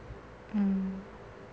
mm